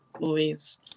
movies